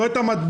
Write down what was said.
לא את המדביר,